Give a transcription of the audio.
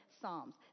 psalms